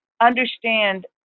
understand